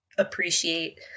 appreciate